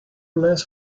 last